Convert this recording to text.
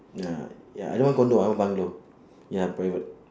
ya eh I don't want condo I want bungalow ya private